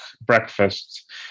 breakfast